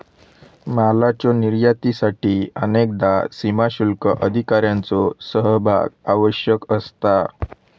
मालाच्यो निर्यातीसाठी अनेकदा सीमाशुल्क अधिकाऱ्यांचो सहभाग आवश्यक असता